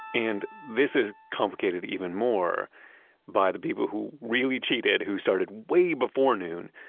and this is complicated even more by the people who really cheated, who started way before noon.